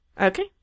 Okay